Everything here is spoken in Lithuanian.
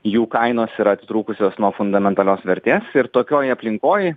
jų kainos yra atitrūkusios nuo fundamentalios vertės ir tokioj aplinkoj